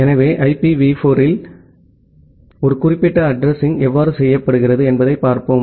எனவே IPv4 இல் எனவே ஒரு குறிப்பிட்ட அட்ரஸிங் எவ்வாறு செய்யப்படுகிறது என்பதைப் பார்ப்போம்